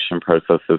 processes